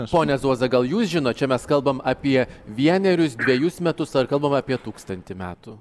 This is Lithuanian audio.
pone zuoza gal jūs žinot čia mes kalbam apie vienerius dvejus metus ar kalbam apie tūkstantį metų